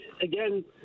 again